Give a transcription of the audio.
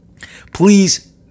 Please